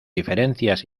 diferencias